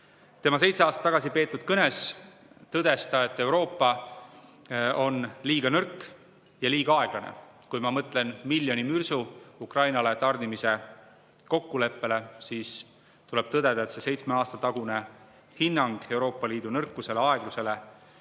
Oma seitse aastat tagasi peetud kõnes tõdes Macron, et Euroopa on liiga nõrk ja liiga aeglane. Kui ma mõtlen miljoni mürsu Ukrainale tarnimise kokkuleppele, siis tuleb tõdeda, et see seitsme aasta tagune hinnang Euroopa Liidu nõrkusele ja aeglusele